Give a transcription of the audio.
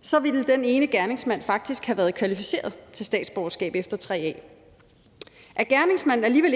så ville den ene gerningsmand faktisk have været kvalificeret til statsborgerskab efter § 3 A. Om gerningsmanden alligevel